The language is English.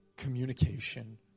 Communication